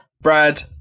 Brad